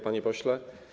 Panie Pośle!